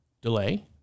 delay